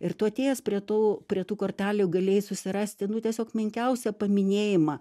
ir tu atėjęs prie tų prie tų kortelių galėjai susirasti nu tiesiog menkiausią paminėjimą